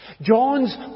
John's